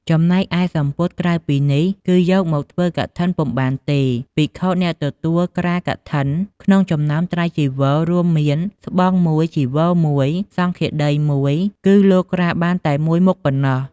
ចំណែកឯសំពត់ក្រៅពីនេះគឺយកមកធ្វើកឋិនពុំបានទេ ភិក្ខុអ្នកទទួលក្រាលកឋិនក្នុងចំណោមត្រៃចីវរ រួមមាន ស្បង់១ ចីវរ១ សង្ឃាដី១ គឺលោកក្រាលបានតែ១មុខប៉ុណ្ណោះ ។